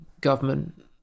government